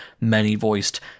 many-voiced